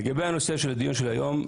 לגבי הנושא של הדיון של היום,